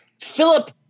Philip